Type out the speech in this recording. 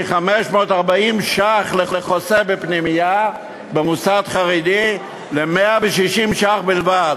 מ-540 שקל לחוסה בפנימייה במוסד חרדי ל-160 שקל בלבד.